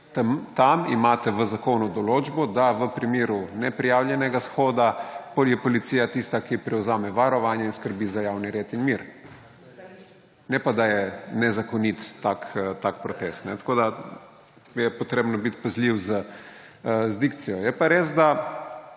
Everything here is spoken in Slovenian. Tam imate v zakonu določbo, da je v primeru neprijavljenega shoda policija tista, ki prevzame varovanje in skrbi za javni red in mir, ne pa, da je nezakonit tak protest. Tako da je treba biti pazljiv z dikcijo. Je pa res, da